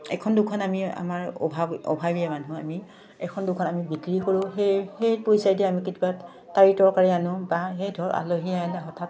এখন দুখন আমি আমাৰ অভাৱ অভাৱীয়া মানুহ আমি এখন দুখন আমি বিক্ৰী কৰোঁ সেই সেই পইচাই দি আমি কেতিয়াবা তাৰি তৰকাৰী আনো বা সেই ধৰ আলহী আহিলে হঠাৎ